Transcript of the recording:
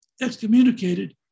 excommunicated